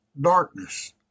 darkness